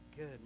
Good